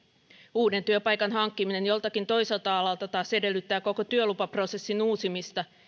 uuden työpaikan hankkiminen joltakin toiselta alalta taas edellyttää koko työlupaprosessin uusimista